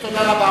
תודה רבה.